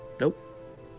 Nope